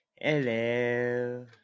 Hello